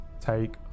take